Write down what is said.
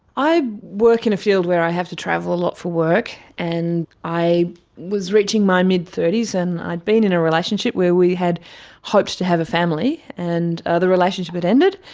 i work in a field where i have to travel a lot for work, and i was reaching my mid thirty s, and i'd been in a relationship where we had hoped to have a family, and the relationship had ended.